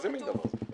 איזה מן דבר זה?